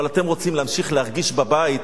אבל אתם רוצים להמשיך להרגיש בבית,